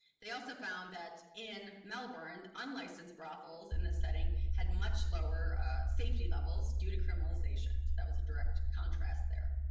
they also found that in melbourne, unlicensed brothels in this setting had much lower safety levels due to criminalization. so that was a direct contrast there.